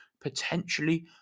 Potentially